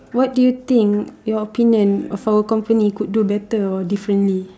what do you think your opinion of our company could do better or differently